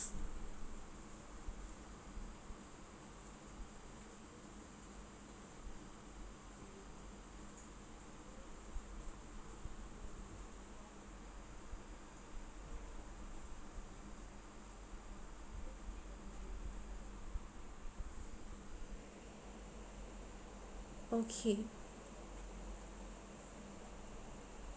okay